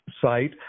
site